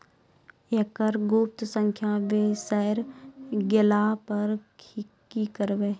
एकरऽ गुप्त संख्या बिसैर गेला पर की करवै?